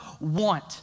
want